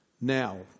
Now